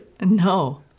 No